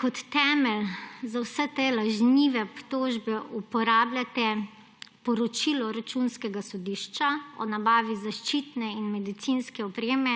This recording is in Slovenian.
Kot temelj za vse te lažnive obtožbe uporabljate poročilo Računskega sodišča o nabavi zaščitne in medicinske opreme